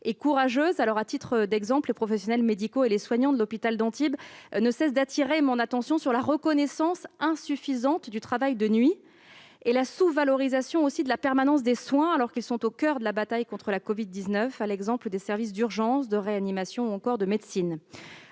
et courageuses. À titre d'exemple, les professionnels médicaux et les soignants de l'hôpital d'Antibes ne cessent d'attirer mon attention sur la reconnaissance insuffisante du travail de nuit et la sous-valorisation de la permanence des soins, alors qu'ils sont au coeur de la bataille contre la covid-19, à l'exemple des services d'urgence, de réanimation ou encore de médecine.